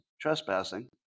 trespassing